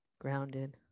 grounded